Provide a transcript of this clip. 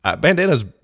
Bandana's